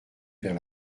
vers